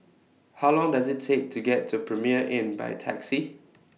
How Long Does IT Take to get to Premier Inn By Taxi